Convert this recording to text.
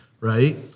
right